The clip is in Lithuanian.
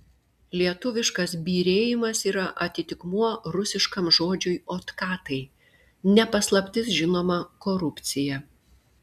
lietuviškas byrėjimas yra atitikmuo rusiškam žodžiui otkatai ne paslaptis žinoma korupcija